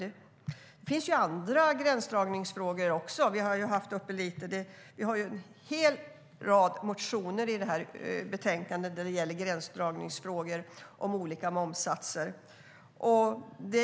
Det finns ju andra gränsdragningsfrågor också. Vi har en hel rad motioner i betänkandet som gäller gränsdragningsfrågor när det gäller momssatser. Detta är svårt.